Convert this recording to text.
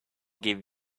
give